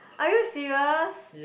are you serious